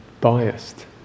biased